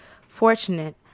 fortunate